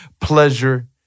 pleasure